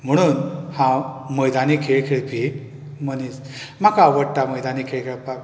म्हणून हांव मैदानी खेळ खेळपी मनीस म्हाका आवडटा मैदानी खेळ खेळपाक